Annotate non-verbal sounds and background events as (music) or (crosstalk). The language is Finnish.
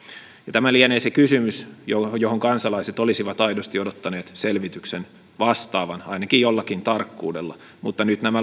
tämä lienee se kysymys johon johon kansalaiset olisivat aidosti odottaneet selvityksen vastaavan ainakin jollakin tarkkuudella mutta nyt nämä (unintelligible)